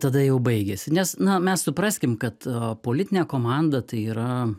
tada jau baigėsi nes na mes supraskim kad politinė komanda tai yra